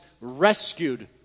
rescued